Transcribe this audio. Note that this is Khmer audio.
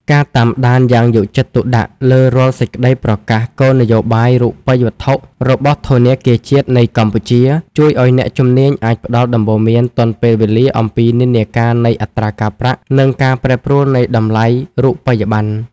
ការតាមដានយ៉ាងយកចិត្តទុកដាក់លើរាល់សេចក្ដីប្រកាសគោលនយោបាយរូបិយវត្ថុរបស់ធនាគារជាតិនៃកម្ពុជា ជួយឱ្យអ្នកជំនាញអាចផ្ដល់ដំបូន្មានទាន់ពេលវេលាអំពីនិន្នាការនៃអត្រាការប្រាក់ និងការប្រែប្រួលនៃតម្លៃរូបិយបណ្ណ។